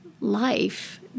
life